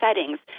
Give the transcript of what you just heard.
settings